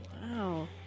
Wow